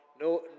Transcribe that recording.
no